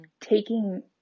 taking